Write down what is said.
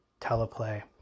teleplay